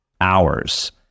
hours